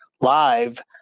live